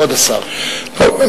כבוד השר, בבקשה.